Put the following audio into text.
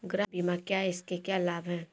गृह बीमा क्या है इसके क्या लाभ हैं?